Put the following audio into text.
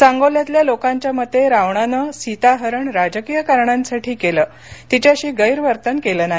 सांगोल्यातल्या लोकांच्या मते रावणानं सीताहरण राजकीय कारणांसाठी केलं तिच्याशी गद्धितन केलं नाही